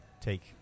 take